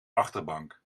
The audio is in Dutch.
achterbank